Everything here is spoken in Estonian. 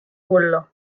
hullu